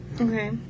Okay